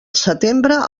setembre